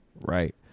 right